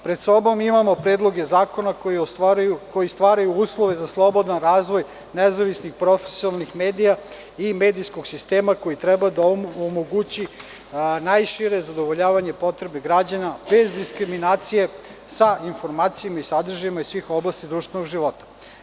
Pred sobom imamo predloge zakona koji stvaraju uslove za slobodan razvoj nezavisnih profesionalnih medija i medijskog sistema koji treba da omogući najšire zadovoljavanje potreba građana, bez diskriminacije, sa informacijama i sadržajima iz svih oblasti društvenog života.